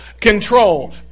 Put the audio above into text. Control